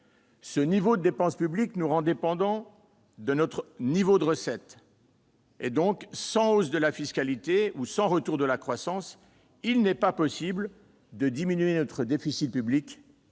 Ce niveau de dépense publique nous rend dépendants de notre niveau de recettes. Sans hausse de la fiscalité ou retour de la croissance, il n'est pas possible de diminuer notre déficit public